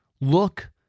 Look